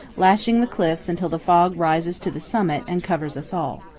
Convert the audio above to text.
lashing the cliffs until the fog rises to the summit and covers us all.